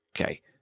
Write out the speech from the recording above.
Okay